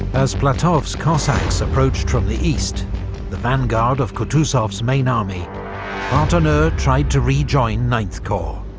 as platov's cossacks approached from the east the vanguard of kutuzov's main army partonneux tried to rejoin ninth corps.